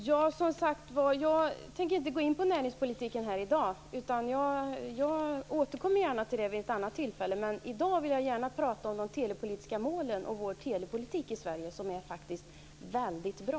Herr talman! Som sagt tänker jag inte gå in på näringspolitiken här i dag. Jag återkommer gärna till den vid ett annat tillfälle, men i dag vill jag gärna prata om de telepolitiska målen och om vår telepolitik i Sverige, som faktiskt är väldigt bra.